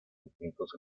distintos